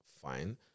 Fine